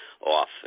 off